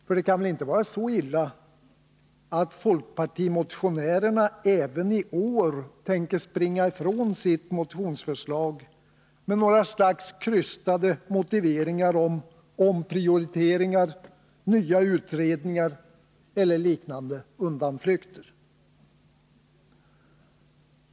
För det kan väl inte vara så illa att folkpartimotionärerna även i år tänker springa ifrån sitt motionsförslag med något slags krystade motiveringar om omprioriteringar, nya utredningar eller liknande undanflykter?